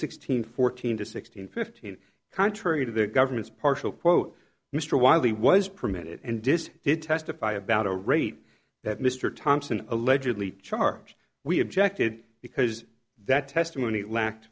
sixteen fourteen to sixteen fifteen contrary to the government's partial quote mr wiley was permitted and this did testify about a rate that mr thompson allegedly charged we objected because that testimony lacked